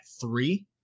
three